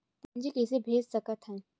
पूंजी कइसे भेज सकत हन?